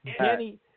Danny